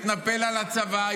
מתנפל על הצבא,